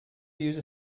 use